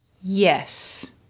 Yes